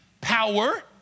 power